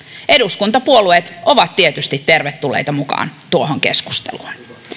eduskuntapuolueet ovat tietysti tervetulleita mukaan tuohon keskusteluun